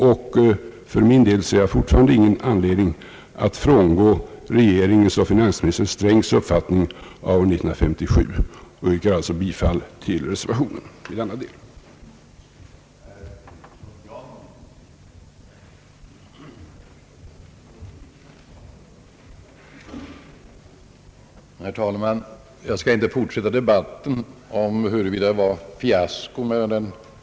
Jag har fortfarande ingen anledning att frångå regeringens och finansminister Strängs uppfattning av år 1957, och jag yrkar alltså bifall till reservationen i denna del.